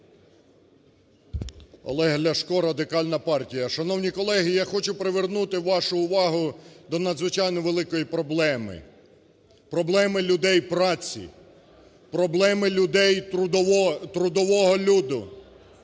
Олег Ляшко, Радикальна партія. Шановні колеги, я хочу привернути вашу увагу до надзвичайно великої проблеми, проблеми людей праці, проблеми людей трудового люду.